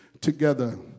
together